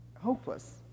hopeless